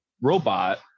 robot